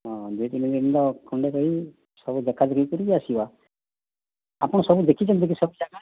ହଁ ଦୁଇ ତିନି ଦିନ ଖଣ୍ଡେ ରହି ସବୁ ଦେଖା କରିକି ଆସିବା ଆପଣ ସବୁ ଦେଖିଛନ୍ତି କି ସବୁ ଜାଗା